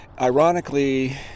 Ironically